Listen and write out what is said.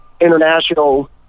international